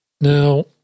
Now